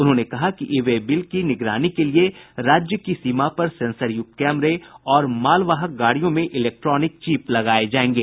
उन्होंने कहा कि ई वे बिल की निगरानी के लिए राज्य की सीमा पर सेंसरयुक्त कैमरे और मालवाहक गाड़ियों में इलेक्ट्रॉनिक चिप लागाये जायेंगे